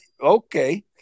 okay